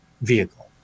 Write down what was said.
vehicle